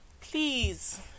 Please